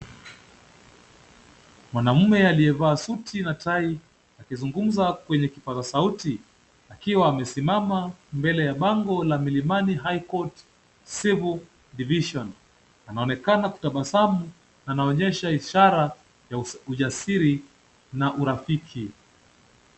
Mwanaume aliyevaa suti na tai akizungumza kwenye kipaza sauti, akiwa amesimama mbele ya bango la Milimani high court civil division . Anaonekana kutabasamu, anaonyesha ishara ya ujasiri na urafiki.